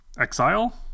Exile